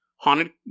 Haunted